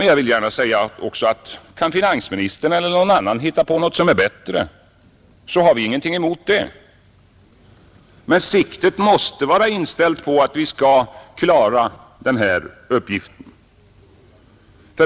Jag vill också gärna säga att kan finansministern eller någon annan hitta på något som är bättre, har vi ingenting emot det. Men siktet måste vara inställt på att vi skall klara denna uppgift.